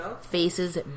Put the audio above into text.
faces